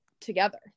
together